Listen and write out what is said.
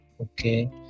Okay